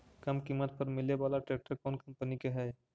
कम किमत पर मिले बाला ट्रैक्टर कौन कंपनी के है?